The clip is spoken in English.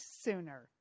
sooner